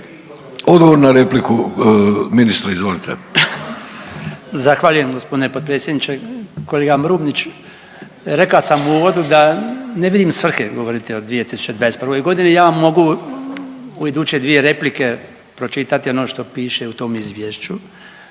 Odgovor na repliku, ministre izvolite. **Bačić, Branko (HDZ)** Zahvaljujem gospodine potpredsjedniče. Kolega Brumnić reka sam u uvodi da ne vidim svrhe govoriti o 2021. godini, ja vam mogu u iduće 2 replike pročitati ono što piše u tom izvješću.